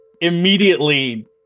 immediately